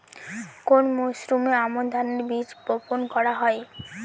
কোন মরশুমে আমন ধানের বীজ বপন করা হয়?